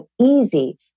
easy